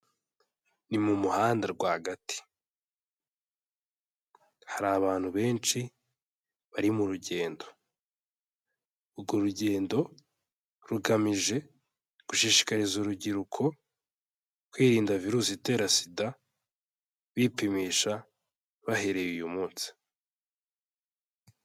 Ni mu muhanda rwagati. Hari abantu benshi, bari mu rugendo. Urwo rugendo rugamije, gushishiriza urubyiruko, kwirinda virusi itera SIDA, bipimisha bahereye uyu munsi.